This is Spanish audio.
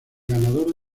ganador